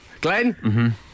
Glenn